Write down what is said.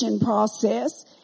process